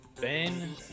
ben